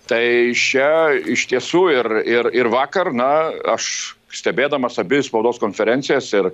tai šią iš tiesų ir ir ir vakar na aš stebėdamas abi spaudos konferencijas ir